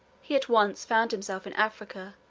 he at once found himself in africa,